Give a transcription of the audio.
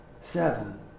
Seven